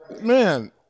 Man